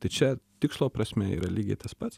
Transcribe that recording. tai čia tikslo prasme yra lygiai tas pats